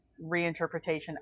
reinterpretation